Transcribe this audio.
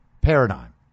paradigm